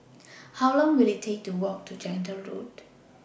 How Long Will IT Take to Walk to Gentle Road